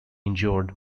injured